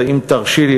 אם תרשי לי,